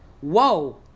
whoa